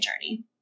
journey